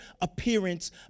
appearance